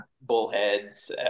Bullheads